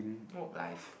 work life